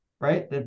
right